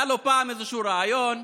היה לו פעם איזשהו רעיון.